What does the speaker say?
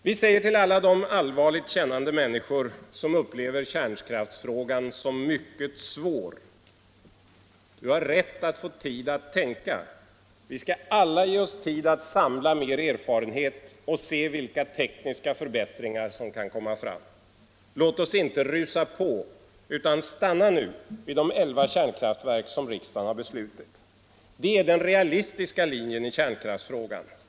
Vi säger till alla de allvarligt kännande människor som upplever kärnkraftsfrågan som mycket svår: Du har rätt att få tid att tänka. Vi skall alla ge oss tid att samla mer erfarenhet och se vilka tekniska förbättringar som kan komma fram. Låt oss inte rusa på utan stanna nu vid de elva kärnkraftverk som riksdagen har beslutat. Det är den realistiska linjen i kärnkraftsfrågan.